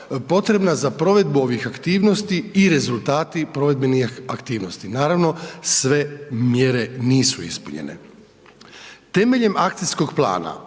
potrebna za provedbu ovih aktivnosti i rezultati provedbenih aktivnosti. Naravno, sve mjere nisu ispunjene. Temeljem akcijskog plana